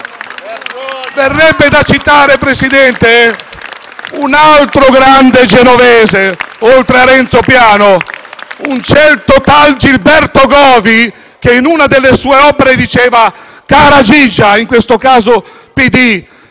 Verrebbe da citare, Presidente, un altro grande genovese oltre a Renzo Piano; un certo tal Gilberto Govi che in una delle sue opere diceva «Cara, Gigia» (in questo caso